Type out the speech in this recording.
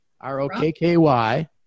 R-O-K-K-Y